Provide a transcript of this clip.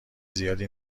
زیادی